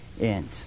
end